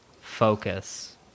focus